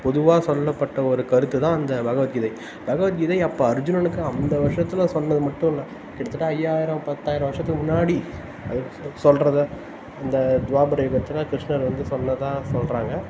பொதுவாக சொல்லப்பட்ட ஒரு கருத்து தான் அந்த பகவத்கீதை பகவத்கீதை அப்போ அர்ஜுனனுக்கு அந்த வருஷத்தில் சொன்னது மட்டும் இல்லை கிட்டத்தட்ட ஐயாயிரம் பத்தாயிரம் வருஷத்துக்கு முன்னாடி அது சொ சொல்றதை அந்த துவாபரயுகத்தில் கிருஷ்ணர் வந்து சொன்னதாக சொல்லுறாங்க